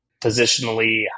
positionally